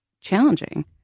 challenging